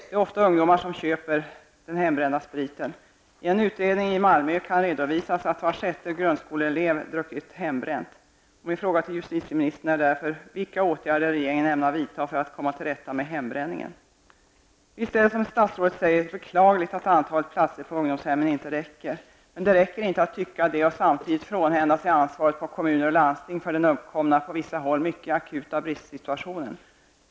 Det är ofta ungdomar som köper den hembrända spriten. I en utredning gjord i Malmö redovisas att var sjätte grundskoleelev har druckit hembränt. Min fråga till justitieministern är: Vilka åtgärder ämnar regeringen vidta för att komma till rätta med hembränningen? Visst är det som statsrådet säger beklagligt att antalet platser på ungdomshemmen inte räcker till. Men det räcker inte att tycka detta och samtidigt på kommuner och landsting frånhända sig ansvaret för den uppkomna och på vissa håll mycket akuta bristsituationen.